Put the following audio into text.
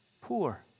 poor